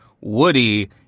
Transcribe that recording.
Woody